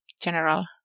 general